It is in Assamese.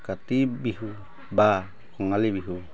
কাতি বিহু বা কঙালী বিহু